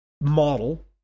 model